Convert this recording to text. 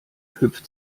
hüpft